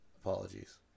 Apologies